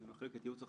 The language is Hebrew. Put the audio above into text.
ממחלקת ייעוץ וחקיקה.